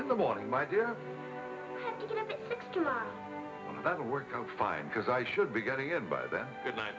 in the morning my dear that worked out fine because i should be getting it by then that night